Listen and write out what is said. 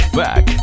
back